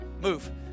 move